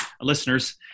listeners